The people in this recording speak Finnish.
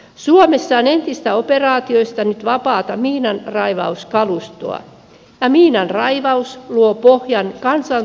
suomessa on entisistä operaatioista nyt vapaata miinanraivauskalustoa ja miinanraivaus luo pohjan kansan tulevalle elämälle